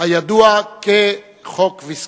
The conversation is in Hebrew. הידוע כחוק ויסקונסין.